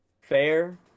fair